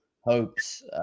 hopes